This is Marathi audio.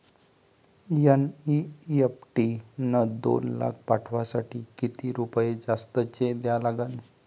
एन.ई.एफ.टी न दोन लाख पाठवासाठी किती रुपये जास्तचे द्या लागन?